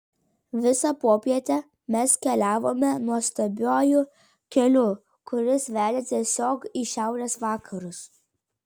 visą popietę mes keliavome nuostabiuoju keliu kuris vedė tiesiog į šiaurės vakarus